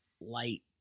light